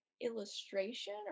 illustration